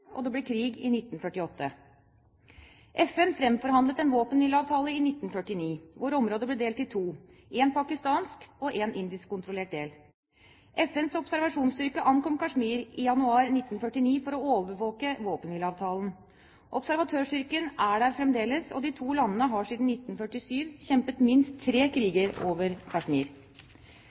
og det ble krig i 1948. FN fremforhandlet en våpenhvileavtale i 1949, og området ble delt i to – én pakistansk- og én indiskkontrollert del. FNs observasjonsstyrke ankom Kashmir i januar 1949 for å overvåke våpenhvileavtalen. Observatørstyrken er der fremdeles, og de to landene har siden 1947 kjempet minst tre kriger